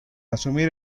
asumir